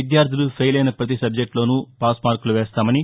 విద్యార్థులు ఫెయిలైన పతి సబ్జెక్లులోనూ పాస్ మార్కులు వేస్తామని